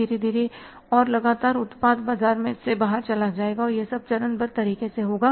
धीरे धीरे और लगातार उत्पाद बाजार से बाहर चला जाएगा यह चरणबद्ध तरीके से होगा